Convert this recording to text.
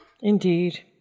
Indeed